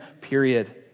period